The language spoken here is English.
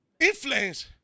influence